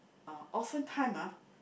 often time ah